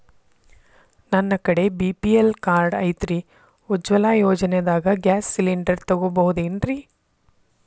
ನನ್ನ ಕಡೆ BPL card ಐತ್ರಿ, ಉಜ್ವಲಾ ಯೋಜನೆದಾಗ ಗ್ಯಾಸ್ ಸಿಲಿಂಡರ್ ತೊಗೋಬಹುದೇನ್ರಿ?